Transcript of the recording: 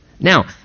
Now